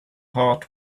heart